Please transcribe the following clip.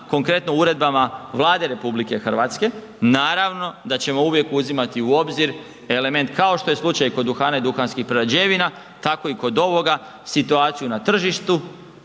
konkretno uredbama Vlade RH, naravno da ćemo uvijek uzimati u obzir element kao što je slučaj i kod duhana i duhanskih prerađevina, tako i kod ovoga, situaciju na tržištu,